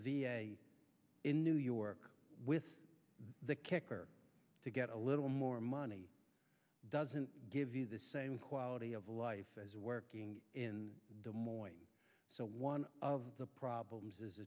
a in new york with the kicker to get a little more money doesn't give you the same quality of life as working in des moines so one of the problems is